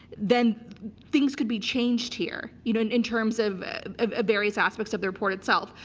then things could be changed here you know and in terms of of various aspects of the report itself.